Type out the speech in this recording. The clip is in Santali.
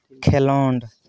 ᱠᱷᱮᱞᱳᱸᱰ